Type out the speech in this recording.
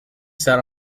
set